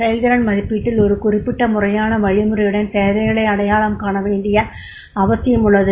செயல்திறன் மதிப்பீட்டில் ஒரு குறிப்பிட்ட முறையான வழிமுறையுடன் தேவைகளை அடையாளம் காண வேண்டிய அவசியம் உள்ளது